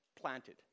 planted